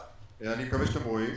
אני מקווה שאתם רואים את